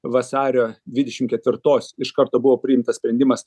vasario dvidešim ketvirtos iš karto buvo priimtas sprendimas